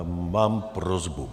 Mám prosbu.